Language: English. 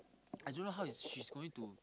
I don't know how is she's going to